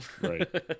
right